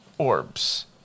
orbs